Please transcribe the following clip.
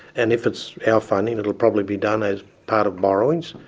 and if it's our funding it'll probably be done as part of borrowings.